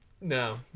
No